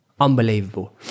Unbelievable